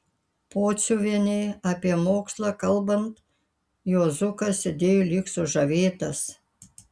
pociuvienei apie mokslą kalbant juozukas sėdėjo lyg sužavėtas